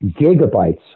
gigabytes